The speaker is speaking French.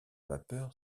vapeur